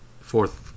Fourth